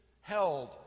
held